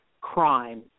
crime